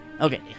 Okay